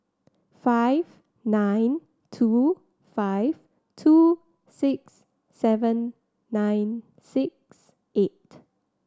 five nine two five two six seven nine six eight